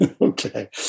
Okay